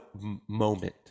moment